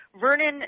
Vernon